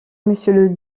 monsieur